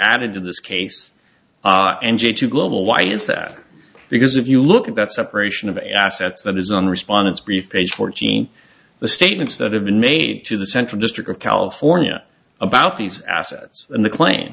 added to this case and j to global why is that because if you look at that separation of assets that is on respondents brief page fourteen the statements that have been made to the central district of california about these assets and the claim